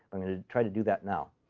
i'm going to try to do that now.